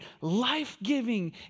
life-giving